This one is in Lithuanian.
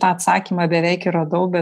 tą atsakymą beveik ir radau be